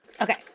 Okay